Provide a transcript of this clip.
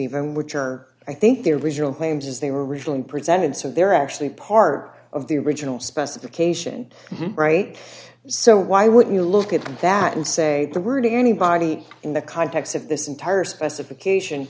even which are i think the original claims as they were originally presented so they're actually part of the original specification right so why would we look at that and say the word anybody in the context of this entire specification